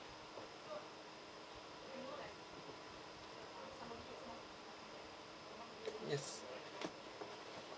yes